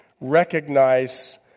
recognize